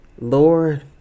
Lord